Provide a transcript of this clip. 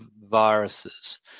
viruses